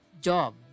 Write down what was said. job